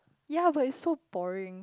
ya but it's so boring